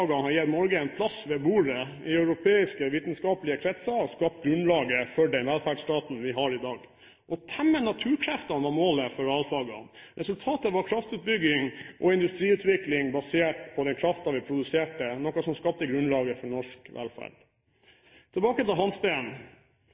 har gitt Norge en plass ved bordet i europeiske vitenskapelige kretser og har skapt grunnlaget for den velferdsstaten som vi har i dag. Å temme naturkreftene var målet for realfagene. Resultatet var kraftutbygging og industriutvikling basert på den kraften vi produserte, noe som skapte grunnlaget for norsk velferd. Tilbake til